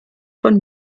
von